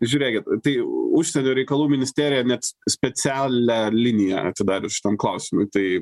žiūrėkit tai užsienio reikalų ministerija net specialią liniją atidarius šitam klausimui tai